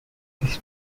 this